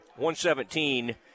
117